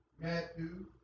Matthew